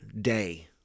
day